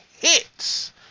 hits